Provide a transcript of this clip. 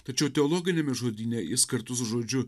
tačiau teologiniame žodyne jis kartu su žodžiu